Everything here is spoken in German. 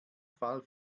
fall